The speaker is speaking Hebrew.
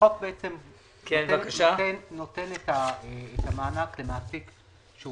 החוק נותן את המענק למעסיק שהוא